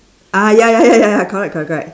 ah ya ya ya ya ya correct correct correct